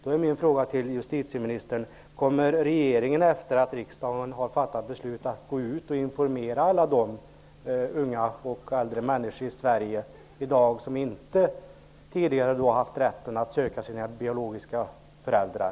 Då är min fråga till justitieministern: Kommer regeringen efter det att riksdagen har fattat beslut att gå ut med information till alla de unga och äldre människor i Sverige som inte tidigare har haft rätt att söka sina biologiska föräldrar?